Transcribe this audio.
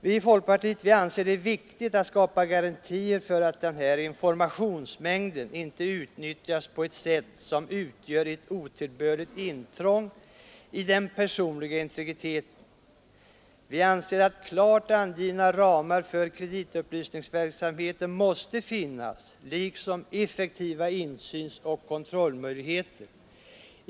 Vi i folkpartiet anser det viktigt att skapa garantier för att denna informationsmängd inte utnyttjas på ett sätt som utgör ett otillbörligt intrång i den personliga integriteten. Vi anser att klart angivna ramar för kreditupplysningsverksamheten måste finnas liksom effektiva insynsoch kontrollmöjligheter.